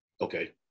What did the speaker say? Okay